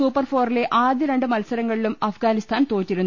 super ഫോറിലെ ആദ്യ രണ്ട് മത്സരങ്ങളിലും അഫ്ഗാനിസ്ഥാൻ തോറ്റിരുന്നു